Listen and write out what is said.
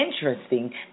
interesting